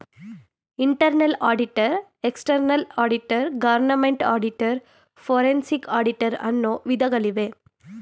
internal auditor, external auditor, government auditor, forensic auditor, ಅನ್ನು ವಿಧಗಳಿವೆ